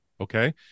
Okay